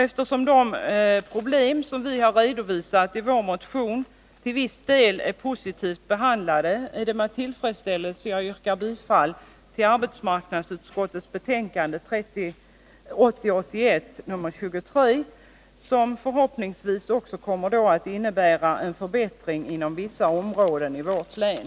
Eftersom de problem som vi har redovisat i vår motion till viss del är positivt behandlade är det med tillfredsställelse jag yrkar bifall till arbetsmarknadsutskottets hemställan i betänkandet 1980/81:23, som förhoppningsvis kommer att innebära en förbättring inom vissa områden i vårt län.